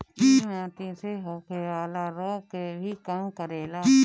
इ माटी से होखेवाला रोग के भी कम करेला